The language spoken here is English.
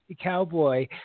Cowboy